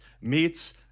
meets